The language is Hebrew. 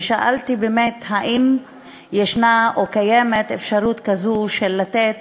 ושאלתי, באמת, האם יש או קיימת אפשרות כזאת, לתת